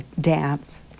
dance